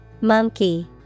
Monkey